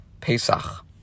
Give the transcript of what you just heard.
Pesach